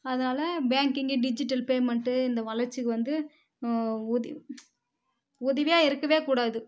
அதனால பேங்கிங்க்கு digital payment இந்த வளர்ச்சிக்கு வந்து உதவியாக இருக்க கூடாது